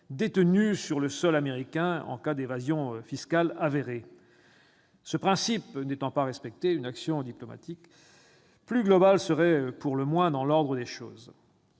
détenus sur le sol américain en cas d'évasion fiscale avérée. Ce principe n'étant pas respecté, une action diplomatique plus globale serait dans l'ordre des choses.